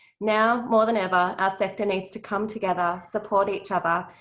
now, more than ever, our sector needs to come together, support each other,